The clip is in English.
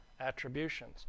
attributions